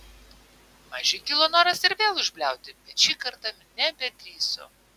mažiui kilo noras ir vėl užbliauti bet šį kartą nebedrįso